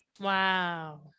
Wow